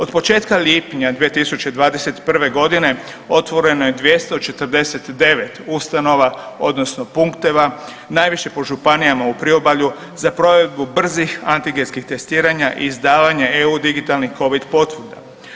Od početka lipnja 2021. godine otvoreno je 249 ustanova odnosno punkteva, najviše po županijama u priobalju za provedbu brzih antigenskih testiranja i izdavanje EU digitalnih Covid potvrda.